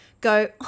Go